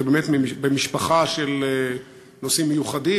זה באמת במשפחה של נושאים מיוחדים,